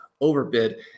overbid